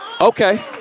Okay